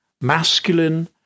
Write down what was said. masculine